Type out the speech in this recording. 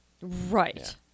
Right